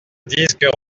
disque